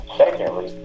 secondly